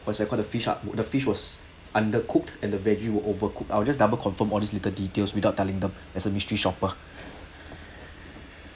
what was that called the fish are the fish was undercooked and the veggies were overcooked I'll just double confirm all these little details without telling them as a mystery shopper